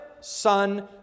Son